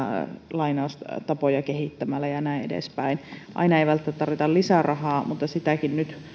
lainaustapoja kehittämällä ja näin edespäin aina ei välttämättä tarvita lisärahaa mutta sitäkin nyt